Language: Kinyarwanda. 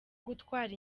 gutwara